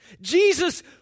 Jesus